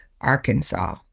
Arkansas